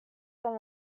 from